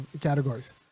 categories